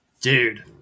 Dude